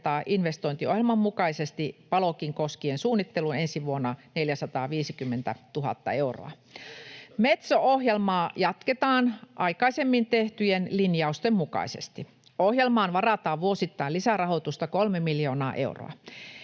investointiohjelman mukaisesti Palokin koskien suunnitteluun ensi vuonna 450 000 euroa. [Timo Heinonen: Se on historiallista!] Metso-ohjelmaa jatketaan aikaisemmin tehtyjen linjausten mukaisesti. Ohjelmaan varataan vuosittain lisärahoitusta kolme miljoonaa euroa.